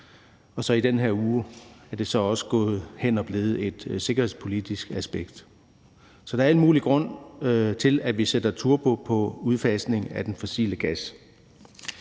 Og så er det i den her uge også gået hen og blevet et sikkerhedspolitisk aspekt. Så der er al mulig grund til, at vi sætter turbo på udfasningen af den fossile gas.